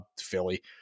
Philly